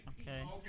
Okay